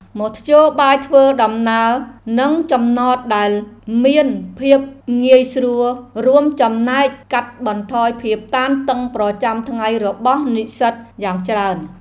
មធ្យោបាយធ្វើដំណើរនិងចំណតដែលមានភាពងាយស្រួលរួមចំណែកកាត់បន្ថយភាពតានតឹងប្រចាំថ្ងៃរបស់និស្សិតយ៉ាងច្រើន។